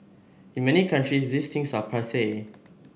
in many countries these things are passe